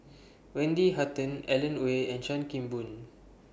Wendy Hutton Alan Oei and Chan Kim Boon